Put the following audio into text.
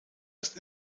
ist